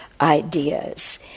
ideas